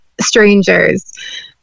strangers